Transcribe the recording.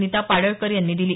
नीता पाडळकर यांनी दिली